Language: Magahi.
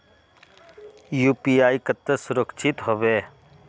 यु.पी.आई केते सुरक्षित होबे है?